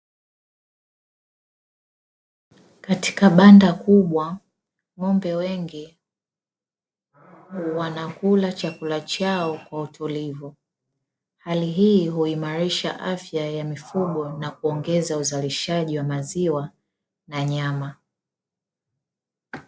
Katika banda kubwa ng'ombe wengi wanakula chakula chao kwa utulivu, hali hii huimarisha afya ya mifugo na kuongeza uzalishaji wa maziwa na nyama.